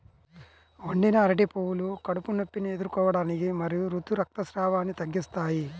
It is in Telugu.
వండిన అరటి పువ్వులు కడుపు నొప్పిని ఎదుర్కోవటానికి మరియు ఋతు రక్తస్రావాన్ని తగ్గిస్తాయి